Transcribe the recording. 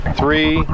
three